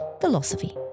philosophy